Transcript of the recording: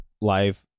live